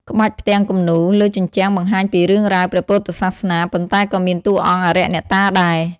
ក្បាច់ផ្ទាំងគំនូរ លើជញ្ជាំងបង្ហាញពីរឿងរ៉ាវព្រះពុទ្ធសាសនា ប៉ុន្តែក៏មានតួអង្គអារក្សអ្នកតាដែរ។